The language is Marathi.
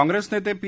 काँप्रेस नेते पी